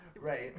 right